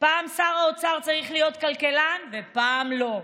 פעם שר האוצר צריך להיות כלכלן ופעם לא,